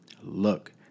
look